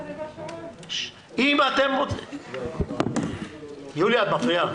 יוליה, את מפריעה.